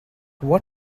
what